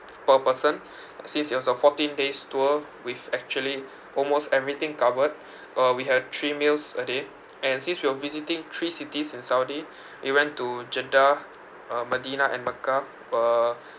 per person since it was a fourteen days tour with actually almost everything covered uh we had three meals a day and since we are visiting three cities in saudi we went to jeddah uh medina and mecca uh